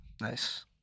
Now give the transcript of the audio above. Nice